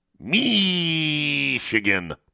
Michigan